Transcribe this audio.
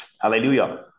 Hallelujah